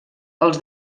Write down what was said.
els